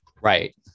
Right